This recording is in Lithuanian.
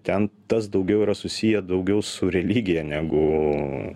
ten tas daugiau yra susiję daugiau su religija negu